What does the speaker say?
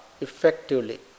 effectively